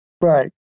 Right